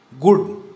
good